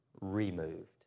removed